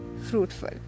fruitful